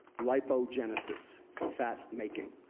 lipogenesis, fat making.